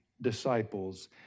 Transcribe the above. disciples